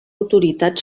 autoritat